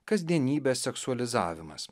kasdienybės seksualizavimas